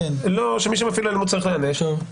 שמי שמפעיל אלימות צריך להיענש,